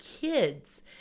kids